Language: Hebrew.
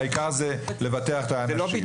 העיקר זה לבטח את האנשים.